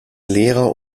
lehrer